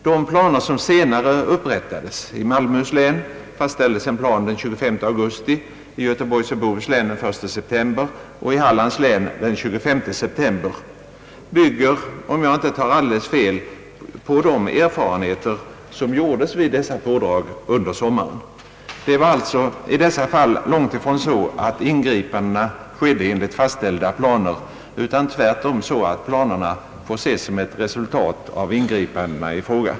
De planer som senare upprättades — i Malmöhus län fastställdes en plan den 25 augusti, i Göteborgs och Bohus län den 1 septem ber och i Hallands län den 25 september — bygger, om jag inte tar alldeles fel, på de erfarenheter som gjordes vid dessa pådrag under sommaren. Det är alltså i dessa fall långtifrån så att ingripandena skedde enligt fastställda planer, utan tvärtom så att planerna får ses som ett resultat av ingripandena i fråga.